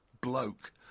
bloke